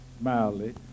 mildly